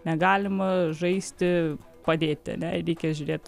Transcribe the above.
negalima žaisti padėti ane reikia žiūrėt